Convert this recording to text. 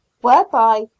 whereby